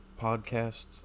podcasts